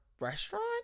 restaurant